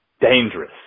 dangerous